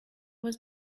was